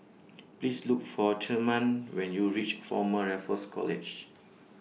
Please Look For Therman when YOU REACH Former Raffles College